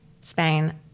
Spain